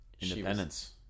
Independence